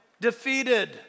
defeated